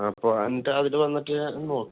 അപ്പോൾ എന്നിട്ട് അവർ വന്നിട്ട് ഒന്ന് നോക്ക്